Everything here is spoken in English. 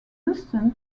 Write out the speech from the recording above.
houston